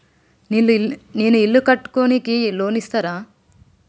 నేను ఇల్లు కట్టుకోనికి లోన్ ఇస్తరా?